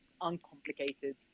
uncomplicated